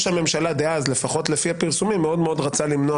הממשלה דאז לפחות לפי הפרסומים מאוד רצה למנוע